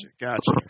Gotcha